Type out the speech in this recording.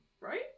right